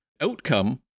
outcome